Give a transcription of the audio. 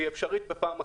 היא אפשרית פעם אחת,